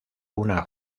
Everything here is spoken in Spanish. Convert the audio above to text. una